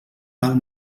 val